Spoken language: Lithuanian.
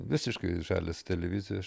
visiškai žalias televizijoj aš